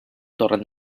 torrent